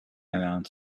around